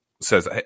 says